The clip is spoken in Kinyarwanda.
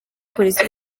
polisi